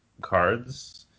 cards